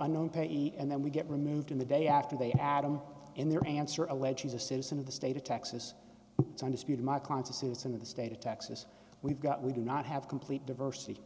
unknown payee and then we get removed in the day after they add him in their answer allege he's a citizen of the state of texas undisputed my consciousness in the state of texas we've got we do not have complete diversity